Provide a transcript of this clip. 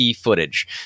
footage